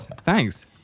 thanks